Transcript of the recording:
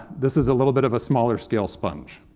this is a little bit of a smaller scale sponge.